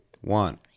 one